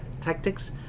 tactics